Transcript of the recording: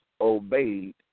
obeyed